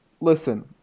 Listen